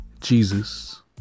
Jesus